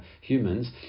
humans